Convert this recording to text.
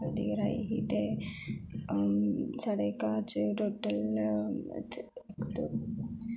सफेदी कराई ही ते साढ़े घर च टोटल न